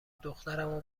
دخترمو